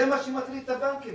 זה מה שמטריד את הבנקים?